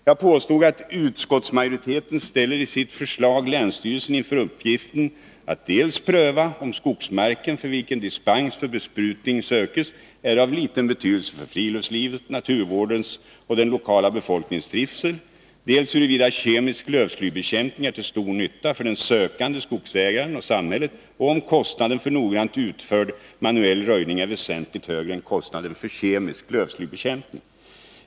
Jag påstod att utskottsmajoriteten med sitt förslag ställer länsstyrelsen inför uppgiften att pröva dels om skogsmark för vilken dispens för besprutning sökes är av liten betydelse för friluftslivets, naturvårdens och den lokala befolkningens trivsel, dels huruvida kemisk lövslybekämpning är till stor nytta för den sökande skogsägaren och samhället och om kostnaden för noggrant utförd manuell röjning är väsentligt högre än kostnaden för kemisk lövslybekämpning.